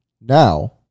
now